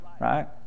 right